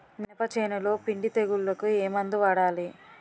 మినప చేనులో పిండి తెగులుకు ఏమందు వాడాలి?